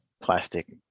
plastic